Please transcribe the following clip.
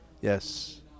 yes